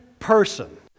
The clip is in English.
person